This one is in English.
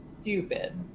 stupid